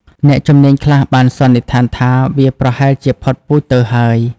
អ្នកជំនាញខ្លះបានសន្និដ្ឋានថា វាប្រហែលជា ផុតពូជទៅហើយ។